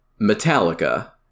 metallica